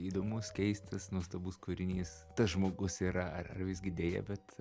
įdomus keistas nuostabus kūrinys tas žmogus yra ar visgi deja bet